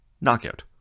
knockout